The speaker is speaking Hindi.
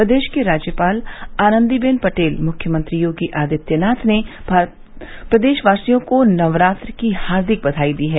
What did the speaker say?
प्रदेश की राज्यपाल आनंदीबेन पटेल मुख्यमंत्री योगी आदित्यनाथ ने प्रदेशवासियों को नवरात्र की हार्दिक बधाई दी है